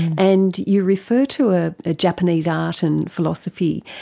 and you refer to a ah japanese art and philosophy,